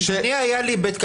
אני ניהלתי בית קפה